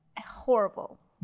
Horrible